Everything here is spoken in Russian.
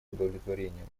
удовлетворением